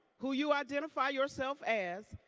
who you identify yourself as,